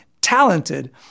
talented